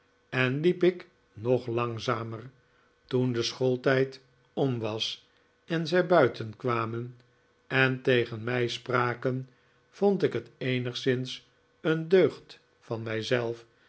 en hep ik nog langzamer toen de schooltijd om was en zij buiten kwamen en tegen rnij spraken vond ik het eenigszins een deugd van